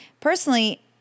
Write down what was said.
Personally